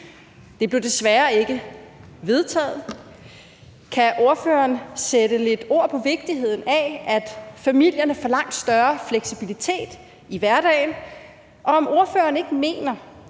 Det blev desværre ikke vedtaget. Kan ordføreren sætte lidt ord på vigtigheden af, at familierne får langt større fleksibilitet i hverdagen? Og mener ordføreren ikke,